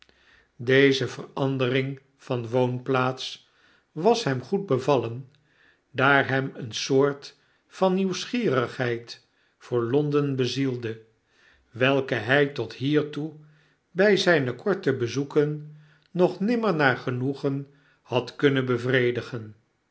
deze verandering van woonplaats was hem goed bevallen daar hem een soort van nieuwsgierigheid voor l o n d e n bezielde welke by tot hiertoe by zyne korte bezoeken nog nimmer naar genoegen had kunnen bevredigen